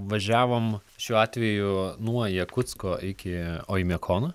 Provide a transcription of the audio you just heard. važiavom šiuo atveju nuo jakutsko iki oimiakono